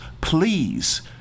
Please